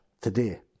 today